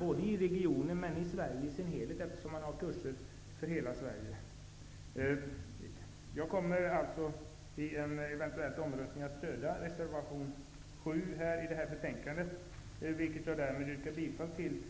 både regionalt och i hela Sverige, eftersom man har kurser för hela Vid en eventuell omröstning kommer jag att stödja reservation 7 i detta betänkande, vilken jag alltså yrkar bifall till.